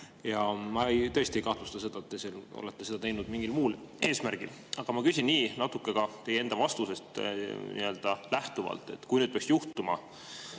Ma tõesti ei kahtlusta, et te olete seda teinud mingil muul eesmärgil. Aga ma küsin nii, natuke ka teie enda vastusest lähtuvalt. Kui nüüd peaks juhtuma